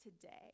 today